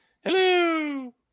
Hello